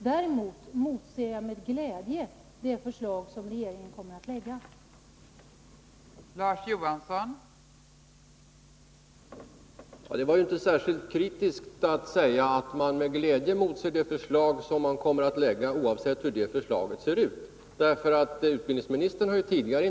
Däremot motser jag med glädje de förslag som regeringen kommer att lägga fram.